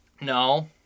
no